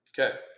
Okay